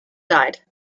died